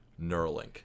Neuralink